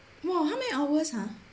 !wah! how many hours ah